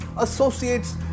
associates